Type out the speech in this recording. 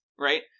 Right